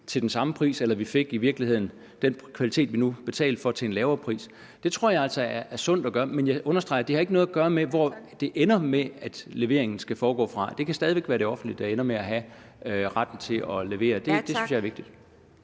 til den samme pris, eller at vi i virkeligheden fik den kvalitet, vi nu betalte for, til en lavere pris. Det tror jeg altså er sundt at gøre. Men jeg understreger, at det ikke har noget at gøre med, hvor det ender med at leveringen skal foregå fra. Det kan stadig væk være det offentlige, der ender med at have retten til at levere. Det synes jeg er vigtigt